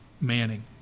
manning